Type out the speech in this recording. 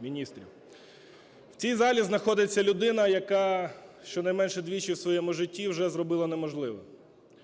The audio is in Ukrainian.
міністрів. В цій залі знаходиться людина, яка щонайменше двічі в своєму житті вже зробила неможливе.